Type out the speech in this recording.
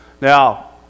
Now